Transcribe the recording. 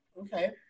okay